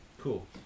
Cool